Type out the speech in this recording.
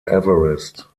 everest